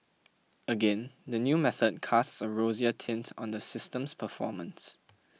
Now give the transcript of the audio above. again the new method casts a rosier tint on the system's performance